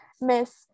miss